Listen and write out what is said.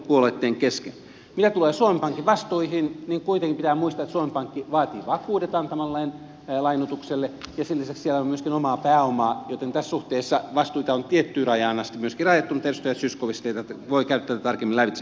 mitä tulee suomen pankin vastuihin niin kuitenkin pitää muistaa että suomen pankki vaatii vakuudet antamalleen lainotukselle ja sen lisäksi siellä on myöskin omaa pääomaa joten tässä suhteessa vastuita on tiettyyn rajaan asti myöskin rajattu mutta edustaja zyskowicz voi käydä tätä tarkemmin lävitse